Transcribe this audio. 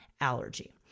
allergy